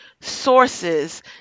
sources